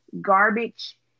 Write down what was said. Garbage